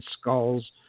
skulls